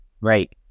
Right